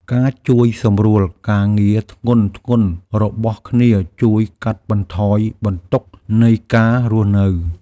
ការជួយសម្រួលការងារធ្ងន់ៗរបស់គ្នាជួយកាត់បន្ថយបន្ទុកនៃការរស់នៅ។